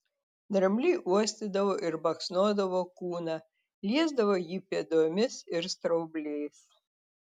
drambliai uostydavo ir baksnodavo kūną liesdavo jį pėdomis ir straubliais